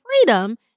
freedom